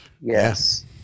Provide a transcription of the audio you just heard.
Yes